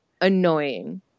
annoying